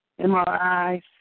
MRIs